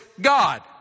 God